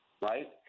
right